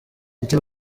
icyo